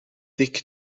dic